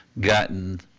gotten